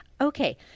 Okay